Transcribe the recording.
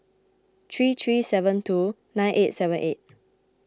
three three seven two nine eight seven eight